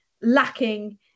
lacking